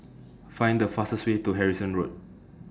Find The fastest Way to Harrison Road